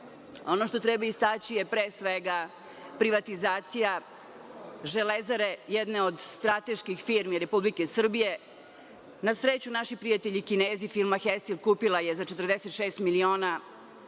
ne. Ono što treba istaći je, pre svega, privatizacija „Železare“, jedne od strateških firmi Republike Srbije. Na sreću, naši prijatelji Kinezi, firma „Hesil“, kupila je za 46 miliona